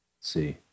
see